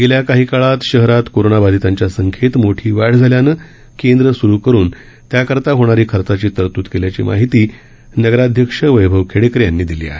गेल्या काही काळात शहरात करोनाबाधितांच्या संख्येत मोठी वाढ झाल्यानं केंद्र सुरू करून त्याकरिता होणाऱ्या खर्चाची तरतूद केल्याची माहिती नगराध्यक्ष वैभव खेपेकर यांनी दिली आहे